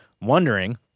wondering